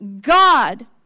God